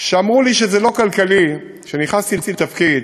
שאמרו לי שזה לא כלכלי: כשנכנסתי לתפקיד